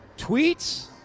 tweets